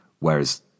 whereas